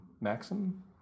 Maxim